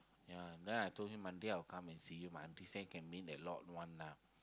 ya then I told him Monday I will come and see you my aunty say can meet a lot one lah